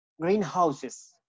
greenhouses